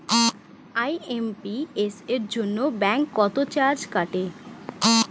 IMPS এর জন্য bank কত চার্জ কাটে?